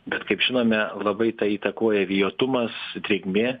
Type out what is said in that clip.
bet kaip žinome labai tai įtakoja vėjuotumas drėgmė